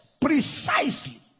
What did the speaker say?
precisely